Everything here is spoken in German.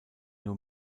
nur